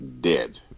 dead